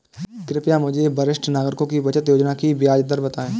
कृपया मुझे वरिष्ठ नागरिकों की बचत योजना की ब्याज दर बताएं